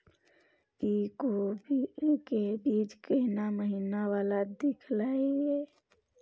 इ कोबी के बीज केना महीना वाला देलियैई?